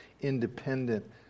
independent